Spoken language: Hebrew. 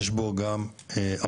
יש בו גם אמירה.